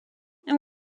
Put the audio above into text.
and